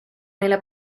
neile